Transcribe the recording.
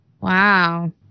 Wow